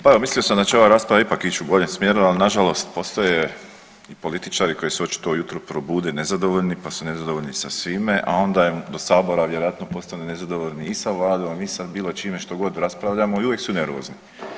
Pa evo mislio sam da će ova rasprava ipak ići u boljem smjeru, ali nažalost postoje i političari koji se očito ujutro probude nezadovoljni, pa su nezadovoljni sa svime, a onda im do sabora vjerojatno postanu nezadovoljni i sa vladom i sa bilo čime što god raspravljamo i uvijek su nervozni.